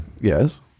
Yes